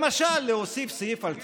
למשל להוסיף סעיף על טבריה.